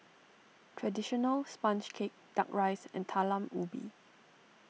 Traditional Sponge Cake Duck Rice and Talam Ubi